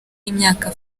y’imyaka